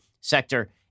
sector